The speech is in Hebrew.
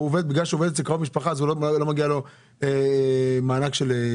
בגלל שהוא עובד אצל קרוב משפחה לא מגיע לו מענק עבודה?